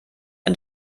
ein